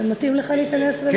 זה מתאים לך להיכנס, ?